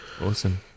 awesome